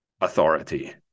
authority